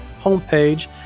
homepage